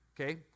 Okay